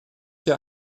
dir